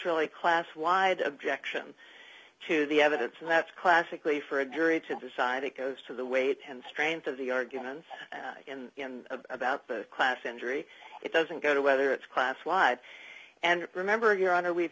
really class wide objection to the evidence and that's classically for a jury to decide it goes to the weight and strength of the arguments about the class injury it doesn't go to whether it's class y and remember your honor we've